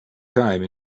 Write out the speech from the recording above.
time